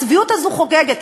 הצביעות הזאת חוגגת,